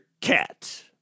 cat